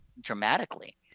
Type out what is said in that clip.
dramatically